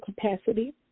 capacity